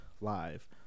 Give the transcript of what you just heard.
Live